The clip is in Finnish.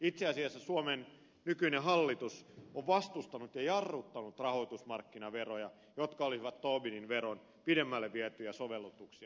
itse asiassa suomen nykyinen hallitus on vastustanut ja jarruttanut rahoitusmarkkinaveroja jotka olisivat tobinin veron pidemmälle vietyjä sovellutuksia